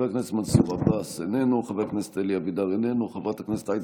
חברת הכנסת מיכל וולדיגר, איננה,